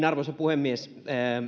arvoisa puhemies